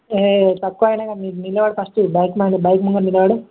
ఏ తక్కువ అయినా మీ నిలబడు ఫస్ట్ బైక్ బైక్ ముందు నిలబడు